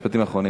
משפטים אחרונים.